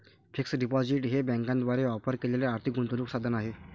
fixed deposit हे बँकांद्वारे offer केलेले आर्थिक गुंतवणूक साधन आहे